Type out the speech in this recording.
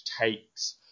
takes